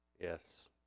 Yes